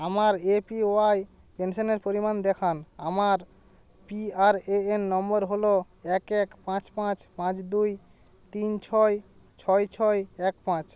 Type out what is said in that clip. আমার এপিওয়াই পেনশানের পরিমাণ দেখান আমার পিআরএএন নম্বর হলো এক এক পাঁচ পাঁচ পাঁচ দুই তিন ছয় ছয় ছয় এক পাঁচ